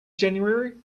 january